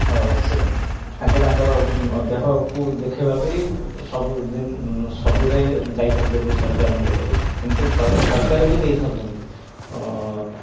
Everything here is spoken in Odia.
ସେ ତାଙ୍କେ ତାଙ୍କର ଦେହକୁ ଦେଖେଇବା ପାଇଁ ସବୁ ଦିନ ସବୁରେ ଯାଇଥାଉଛନ୍ତି ସରକାରୀ ମେଡ଼ିକାଲ୍ କିନ୍ତୁ ସରକାର ବି ଦେଇଥାଉଛନ୍ତି